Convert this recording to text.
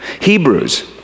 Hebrews